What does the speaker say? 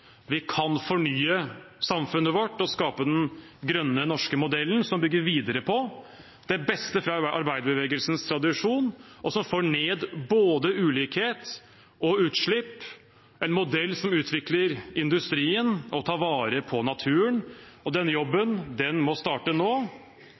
Vi kan fornye samfunnet vårt og skape den grønne norske modellen, som bygger videre på det beste fra arbeiderbevegelsens tradisjon, og som får ned både ulikhet og utslipp – en modell som utvikler industrien og tar vare på naturen. Og den